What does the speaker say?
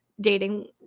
dating